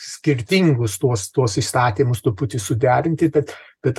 skirtingus tuos tuos įstatymus truputį suderinti tad bet